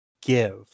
give